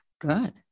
Good